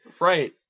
Right